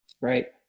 right